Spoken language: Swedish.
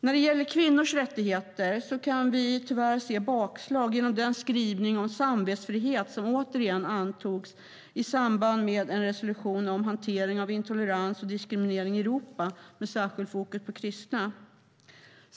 När det gäller kvinnors rättigheter kan vi tyvärr se bakslag genom den skrivning om samvetsfrihet som återigen antogs i samband med en resolution om hantering av intolerans och diskriminering i Europa med särskilt fokus på kristna.